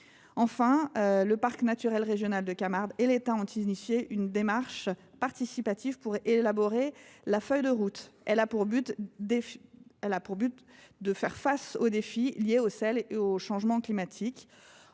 outre, le parc naturel régional de Camargue et l’État ont lancé une démarche participative pour élaborer une feuille de route avec l’objectif de faire face aux défis liés au sel et au changement climatique.